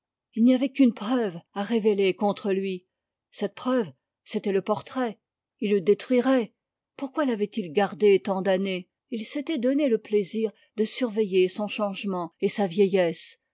il n'y avait qu'une preuve à relever contre lui cette preuve c'était le portrait le détruirait pourquoi l'avait-il gardé tant d'années il s'était donné le plaisir de surveiller son changement et sa vieillesse